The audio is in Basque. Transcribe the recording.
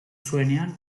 zuenean